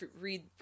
read